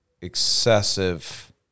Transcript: excessive